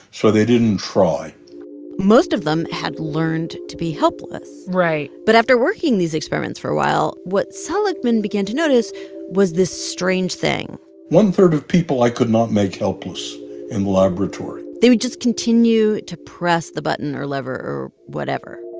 so they didn't try most of them had learned to be helpless right but after working these experiments for a while, what seligman began to notice was this strange thing one-third of people i could not make helpless in the laboratory they would just continue to press the button or lever or whatever